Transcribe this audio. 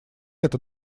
это